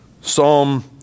Psalm